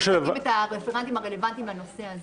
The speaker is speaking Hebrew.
אסף הזמין את הרפרנטים הרלוונטיים לנושא הזה.